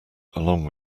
along